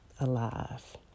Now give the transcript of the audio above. alive